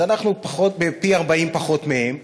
אז אנחנו החלק ה-40 מהם,